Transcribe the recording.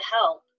help